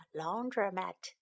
laundromat